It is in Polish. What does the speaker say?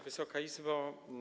Wysoka Izbo!